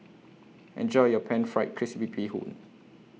Enjoy your Pan Fried Crispy Bee Hoon